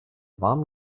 warmen